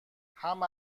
همه